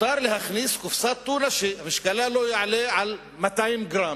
מותר להכניס קופסת טונה שמשקלה לא יעלה על 200 גרם.